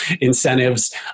incentives